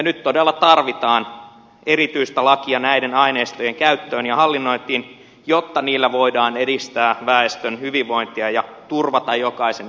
nyt todella tarvitaan erityistä lakia näiden aineistojen käyttöön ja hallinnointiin jotta niillä voidaan edistää väestön hyvinvointia ja turvata jokaisen yksityisyydensuoja